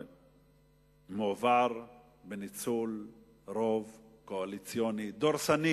מועבר בניצול רוב קואליציוני דורסני